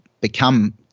become